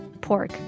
pork